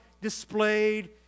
displayed